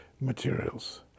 materials